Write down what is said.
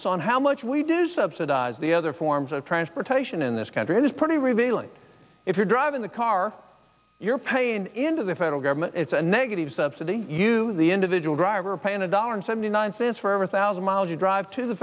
analysis on how much we do subsidize the other forms of transportation in this country it is pretty revealing if you're driving the car you're paying into the federal government it's a negative subsidy to the individual driver paying a dollar and seventy nine cents for every thousand miles you drive to the